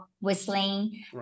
whistling